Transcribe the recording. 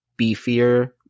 beefier